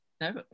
no